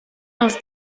els